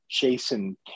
Jason